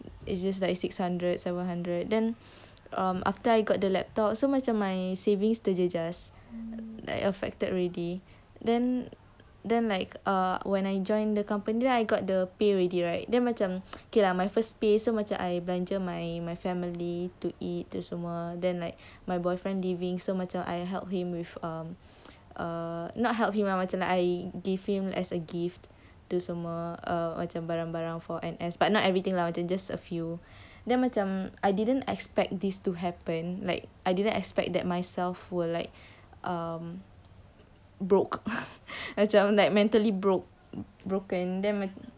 it's just like six hundred seven hundred then um after I got the laptop so macam my savings to terjejas like affected already then then like err when I join the company then I got the pay already right then macam okay lah my first pay so macam I belanja my my family to eat tu semua then like my boyfriend leaving so macam I help him with um err not help him macam like I give him as a gift to semua macam barang-barang for N_S but not everything lah within just a few then macam I didn't expect this to happen like I didn't expect that myself will like um broke macam mentally broke broken